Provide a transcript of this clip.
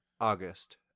august